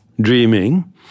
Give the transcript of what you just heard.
dreaming